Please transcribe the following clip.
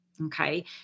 okay